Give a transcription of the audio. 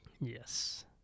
Yes